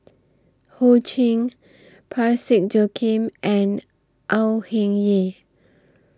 Ho Ching Parsick Joaquim and Au Hing Yee